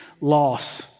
loss